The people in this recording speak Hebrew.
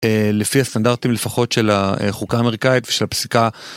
לפי הסטנדרטים לפחות של החוקה האמריקאית ושל הפסיקה.